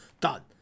Done